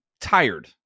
tired